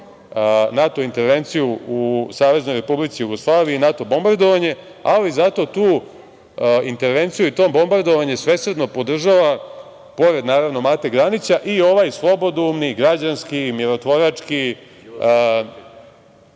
NATO intervenciju u Saveznoj Republici Jugoslaviji i NATO bombardovanje, ali zato tu intervenciju i to bombardovanje svesrdno podržava, pored naravno Mate Granića, i ovaj slobodoumni, građanski, mirotvorački,